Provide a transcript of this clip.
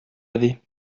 avez